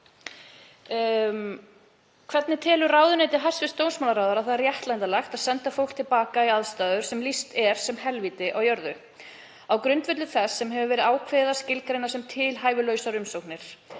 Hvernig telur ráðuneyti hæstv. dómsmálaráðherra það réttlætanlegt að senda fólk til baka í aðstæður sem lýst er sem helvíti á jörðu, á grundvelli þess sem hefur verið ákveðið að skilgreina sem tilhæfulausar umsóknir,